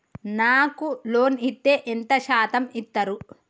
నాకు లోన్ ఇత్తే ఎంత శాతం ఇత్తరు?